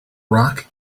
rock